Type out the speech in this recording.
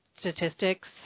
statistics